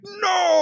no